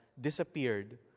disappeared